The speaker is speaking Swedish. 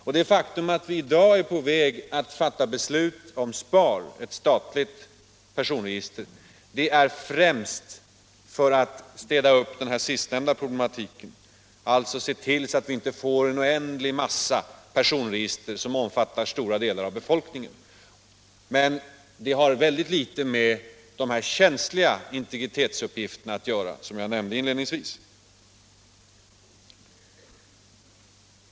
Och det faktum att vi i dag är på väg att fatta beslut om SPAR, ett statligt personregister, är främst för att städa upp den sistnämnda problematiken, se till så att vi inte får en oändlig massa personregister som omfattar en stor del av befolkningen. Men det har väldigt litet att göra med de problem som uppstår då speciellt känsliga uppgifter registreras som jag nämnde inledningsvis om.